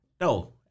No